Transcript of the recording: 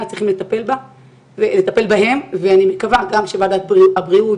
צריכים לטפל בהם ואני מקווה שוועדת הבריאות